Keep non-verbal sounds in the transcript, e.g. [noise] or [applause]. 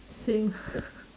same [laughs]